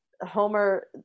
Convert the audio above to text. homer